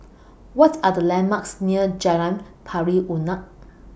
What Are The landmarks near Jalan Pari Unak